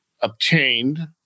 obtained